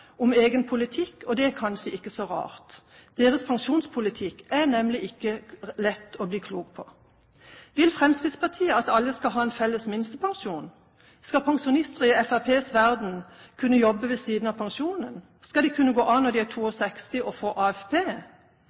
om egen politikk, og det er kanskje ikke så rart. Deres pensjonspolitikk er nemlig ikke lett å bli klok på. Vil Fremskrittspartiet at alle skal ha en felles minstepensjon? Skal pensjonister i Fremskrittspartiets verden kunne jobbe ved siden av pensjonen? Skal de kunne gå av når de er 62 år og få AFP?